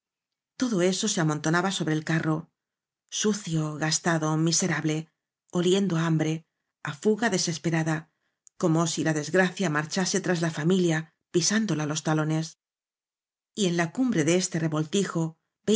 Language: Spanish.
todo se amontonaba sobre el carro sucio gastado miserable oliendo á hambre á fuga desespe rada como si la desgracia marchase tras la familia pisándola los talones y en la cumbre de este revoltijo